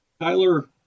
tyler